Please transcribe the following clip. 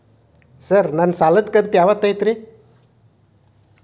Sir ನನ್ನ ಸಾಲದ ಕಂತು ಯಾವತ್ತೂ ಐತ್ರಿ?